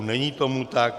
Není tomu tak.